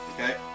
Okay